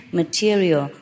material